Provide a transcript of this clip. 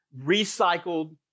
recycled